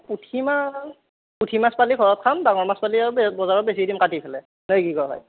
পুঠি মাছ পুঠি মাছ পালি ঘৰত খাম ডাঙৰ মাছ পালি আৰু বজাৰত বেছি দিম কাটি ফেলে নে কি ক' ভাই